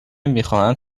میخواهند